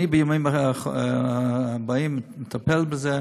בימים הבאים אני אטפל בזה.